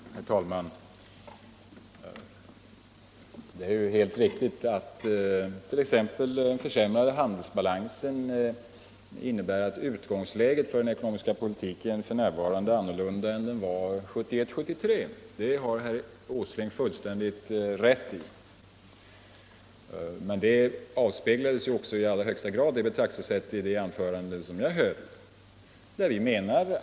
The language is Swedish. Herr talman! Herr Åsling har fullständigt rätt i att den försämrade handelsbalansen innebär att utgångsläget för den ekonomiska politiken f.n. är annorlunda än det var 1971-1973. Men det avspeglades också i allra högsta grad i mitt betraktelsesätt i det anförande som jag tidigare höll.